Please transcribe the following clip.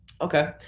Okay